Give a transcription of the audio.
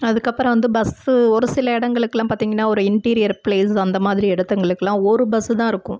அதுக்கப்புறம் வந்து பஸ்ஸு ஒரு சில இடங்களுக்குலாம் பார்த்தீங்கன்னா ஒரு இன்டீரியர் பிளேஸ் அந்த மாதிரி இடத்துங்களுக்குலாம் ஒரு பஸ்ஸு தான் இருக்கும்